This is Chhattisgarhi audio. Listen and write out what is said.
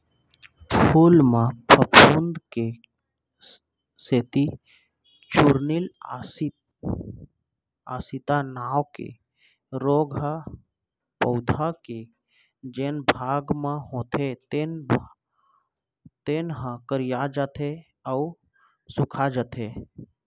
फूल म फफूंद के सेती चूर्निल आसिता नांव के रोग ह पउधा के जेन भाग म होथे तेन ह करिया जाथे अउ सूखाजाथे